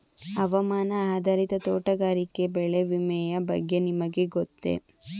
ಹವಾಮಾನ ಆಧಾರಿತ ತೋಟಗಾರಿಕೆ ಬೆಳೆ ವಿಮೆಯ ಬಗ್ಗೆ ನಿಮಗೆ ಗೊತ್ತೇ?